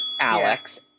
Alex